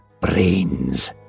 brains